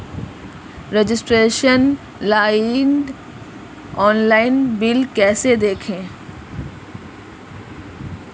Registration login online bill कैसे देखें?